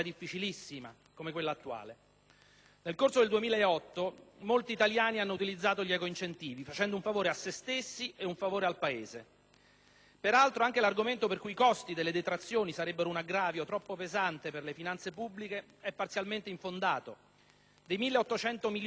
Nel corso del 2008 molti italiani hanno utilizzato gli ecoincentivi, facendo un favore a se stessi e un favore al Paese. Peraltro, anche l'argomento per cui i costi delle detrazioni sarebbero un aggravio troppo pesante per le finanze pubbliche, è parzialmente infondato: dei 1.800 milioni di euro portati in detrazione